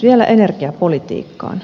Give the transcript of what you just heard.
vielä energiapolitiikkaan